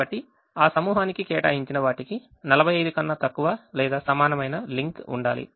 కాబట్టి ఆ సమూహానికి కేటాయించిన వాటికి 45 కన్నా తక్కువ లేదా సమానమైన లింక్ ఉండాలి